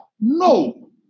No